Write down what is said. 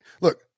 look